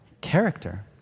Character